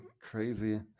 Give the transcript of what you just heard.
crazy